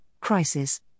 crisis